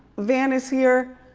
van is here.